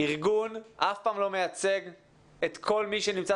ארגון אף פעם לא מייצג את כל מי שנמצא